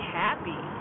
happy